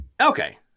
Okay